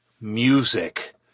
music